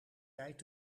tijd